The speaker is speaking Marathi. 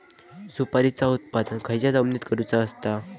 सुपारीचा उत्त्पन खयच्या जमिनीत करूचा असता?